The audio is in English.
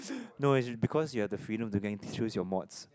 no is because you have the freedom to go and choose your mods